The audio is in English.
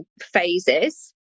phases